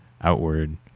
outward